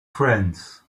friends